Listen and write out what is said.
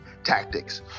tactics